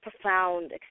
profound